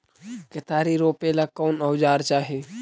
केतारी रोपेला कौन औजर चाही?